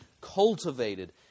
cultivated